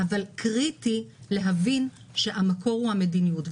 אבל קריטי להבין שהמקור הוא המדיניות.